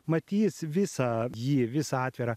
matys visą jį vis atvirą